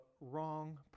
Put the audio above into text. wrong